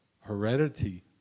heredity